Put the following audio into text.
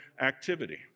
activity